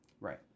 Right